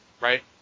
right